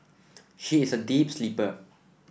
she is a deep sleeper